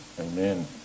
Amen